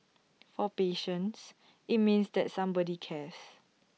for patients IT means that somebody cares